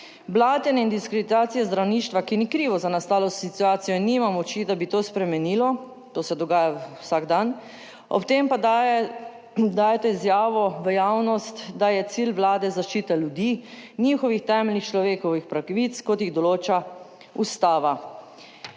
Blatenje in diskreditacija zdravništva, ki ni krivo za nastalo situacijo in nima moči, da bi to spremenilo, to se dogaja vsak dan, ob tem pa dajete izjavo v javnost, da je cilj Vlade zaščite ljudi, njihovih temeljnih človekovih pravic kot jih določa Ustava.